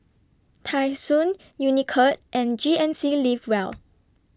Tai Sun Unicurd and G N C Live Well